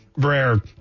Br'er